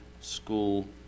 school